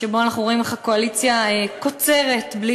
שבו אנחנו רואים איך הקואליציה קוצרת בלי